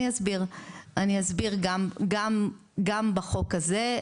אני אסביר גם בחוק הזה,